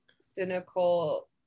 cynical